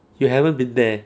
you haven't been there